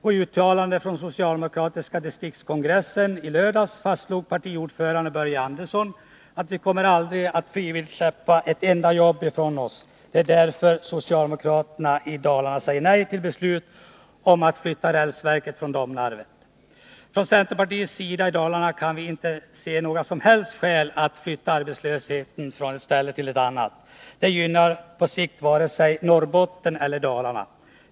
Och i uttalande från den socialdemokratiska distriktskongressen i lördags fastslog ordföranden Börje Andersson: Vi kommer aldrig att frivilligt släppa ett enda jobb ifrån oss; det är därför socialdemokraterna i Dalarna säger nej till ett beslut om att flytta rälsverket från Domnarvet. Från centerpartiets sida i Dalarna kan vi inte se några som helst skäl att flytta arbetslösheten från ett visst ställe till ett annat — det gynnar på sikt varken Norrbotten eller Dalarna.